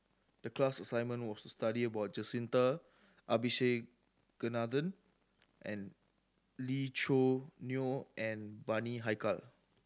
the class assignment was to study about Jacintha Abisheganaden and Lee Choo Neo and Bani Haykal